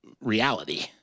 reality